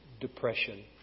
depression